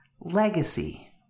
Legacy